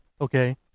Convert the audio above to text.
Okay